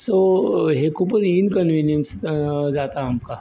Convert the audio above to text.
so हें खुबूच inconvenience जाता आमकां